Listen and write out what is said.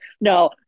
No